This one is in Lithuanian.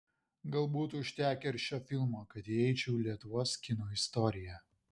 gal būtų užtekę ir šio filmo kad įeičiau į lietuvos kino istoriją